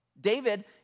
David